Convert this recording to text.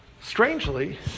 Strangely